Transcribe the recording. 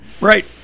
right